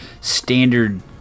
standard